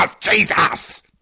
Jesus